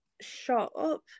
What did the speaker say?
shop